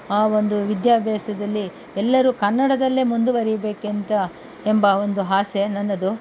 ಆ ಒಂದು ವಿದ್ಯಾಭ್ಯಾಸದಲ್ಲಿ ಎಲ್ಲರೂ ಕನ್ನಡದಲ್ಲೇ ಮುಂದುವರಿಬೇಕಂತ ಎಂಬ ಒಂದು ಆಸೆ ನನ್ನದು